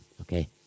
okay